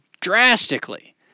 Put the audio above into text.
drastically